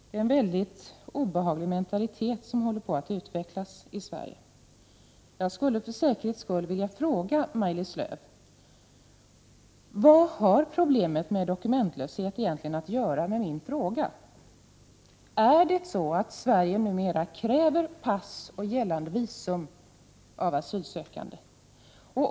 Det är en mycket obehaglig mentalitet som håller på att utvecklas i Sverige. med dokumentlöshet egentligen med min fråga att göra? Är det så att Sverige numera kräver pass och giltigt visum av asylsökande?